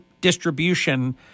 distribution